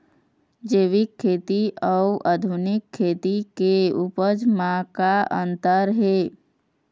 जैविक खेती अउ आधुनिक खेती के उपज म का अंतर हे?